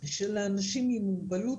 לאנשים עם מוגבלות